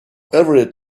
every